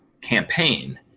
campaign